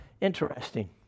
Interesting